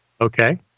Okay